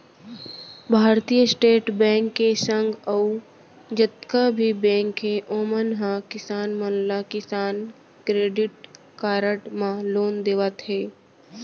भारतीय state bank के संग अउ जतका भी बेंक हे ओमन ह किसान मन ला किसान क्रेडिट कारड म लोन देवत हें